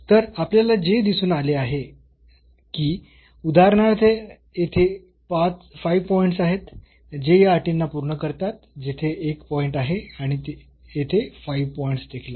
तर आपल्याला जे दिसून आले की उदाहरणार्थ येथे 5 पॉईंट्स आहेत जे या अटींना पूर्ण करतात येथे एक पॉईंट आहे आणि येथे 5 पॉईंट्स देखील आहेत